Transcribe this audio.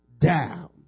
down